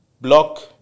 block